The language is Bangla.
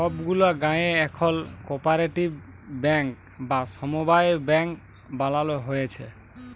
ছব গুলা গায়েঁ এখল কপারেটিভ ব্যাংক বা সমবায় ব্যাংক বালালো হ্যয়েছে